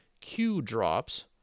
Q-drops